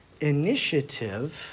initiative